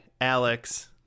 Alex